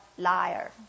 Liar